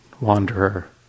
wanderer